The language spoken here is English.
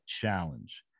challenge